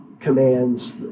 commands